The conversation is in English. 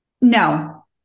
no